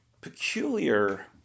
peculiar